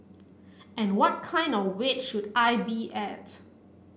and what kind of weight should I be at